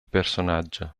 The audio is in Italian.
personaggio